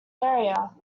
area